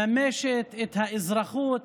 פעם ראשונה שמפלגה ערבית מממשת את האזרחות